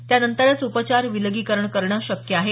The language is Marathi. त्यानंतरच उपचार विलगीकरण करणं शक्य आहे